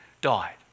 died